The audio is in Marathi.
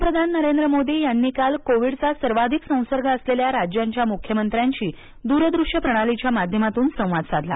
पंतप्रधान नरेंद्र मोदी यांनी काल कोविडचा सर्वाधिक संसर्ग असलेल्या राज्यांच्या मुख्यमंत्र्यांशी दुरदृश्य प्रणालीच्या माध्यमातून संवाद साधला